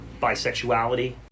bisexuality